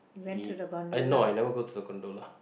it uh no I never go to the gondola